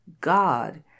God